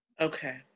Okay